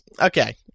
Okay